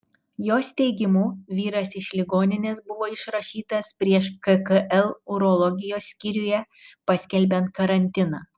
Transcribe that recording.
jos teigimu vyras iš ligoninės buvo išrašytas prieš kkl urologijos skyriuje paskelbiant karantiną